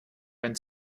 wenn